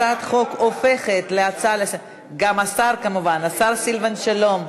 הצעת החוק הופכת, גם השר כמובן, השר סילבן שלום.